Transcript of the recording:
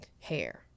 hair